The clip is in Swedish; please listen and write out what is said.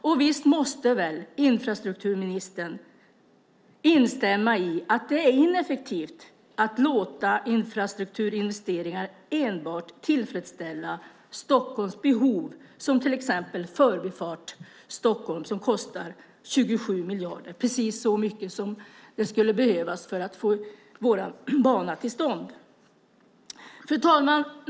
Och visst måste väl infrastrukturministern instämma i att det är ineffektivt att låta infrastrukturinvesteringar enbart tillfredsställa Stockholms behov, som till exempel Förbifart Stockholm som kostar 27 miljarder - precis så mycket som skulle behövas för att få vår bana till stånd. Fru talman!